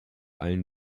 allen